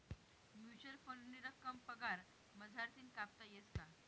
Mutual फंडनी रक्कम पगार मझारतीन कापता येस का?